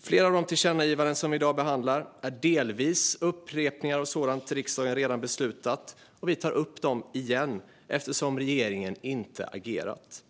Flera av de tillkännagivanden som vi i dag behandlar är delvis upprepningar av sådant riksdagen redan beslutat. Vi tar upp dem igen eftersom regeringen inte agerat.